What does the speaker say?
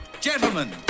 Gentlemen